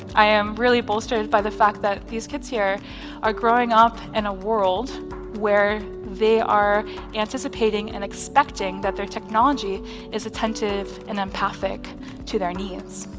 i am really bolstered by the fact that these kids here are growing up in a world where they are anticipating and expecting that their technology is attentive and empathic to their needs.